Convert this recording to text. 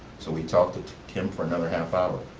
so we talked to kim for another half hour.